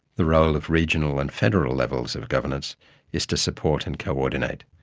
the role of regional and federal levels of governance is to support and coordinate,